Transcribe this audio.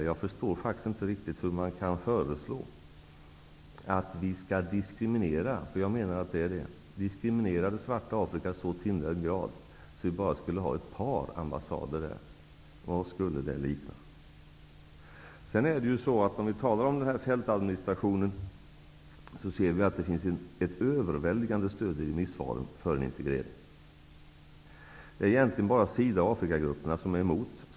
Jag förstår faktiskt inte hur man kan föreslå att vi skall diskriminera -- jag menar att det innebär det -- det svarta Afrika så till den grad att vi bara skulle ha ett par ambassader där. Vad skulle det likna? När vi talar om fältadministrationen ser vi att det finns ett överväldigande stöd i remissvaren för en integrering. Det är egentligen bara SIDA och Afrikagrupperna som är emot.